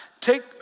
take